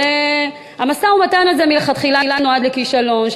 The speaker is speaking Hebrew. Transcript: שהמשא-ומתן הזה מלכתחילה נועד לכישלון,